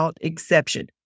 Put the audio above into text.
exception